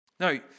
Now